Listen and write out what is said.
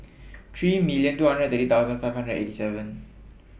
three million two hundred thirty thousand five hundred eighty seven